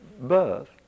birth